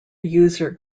user